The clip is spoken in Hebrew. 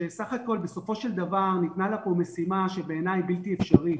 שסך הכול בסופו של דבר ניתנה לה פה משימה שבעיניי היא בלתי אפשרית,